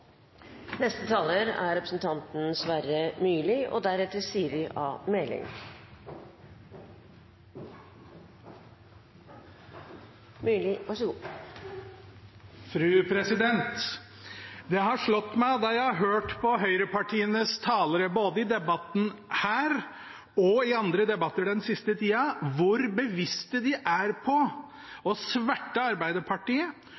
Det har slått meg mens jeg har hørt på høyrepartienes talere både i debatten her og i andre debatter den siste tida, hvor bevisste de er på å sverte Arbeiderpartiet